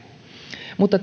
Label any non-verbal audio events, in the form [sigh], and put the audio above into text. mutta [unintelligible]